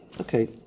Okay